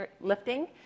lifting